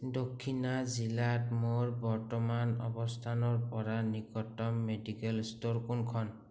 দক্ষিণা জিলাত মোৰ বৰ্তমান অৱস্থানৰপৰা নিকটতম মেডিকেল ষ্ট'ৰ কোনখন